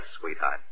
sweetheart